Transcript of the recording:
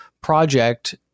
project